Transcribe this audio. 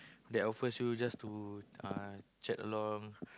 that offers you just to uh chat along